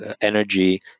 energy